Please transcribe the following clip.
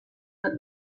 bat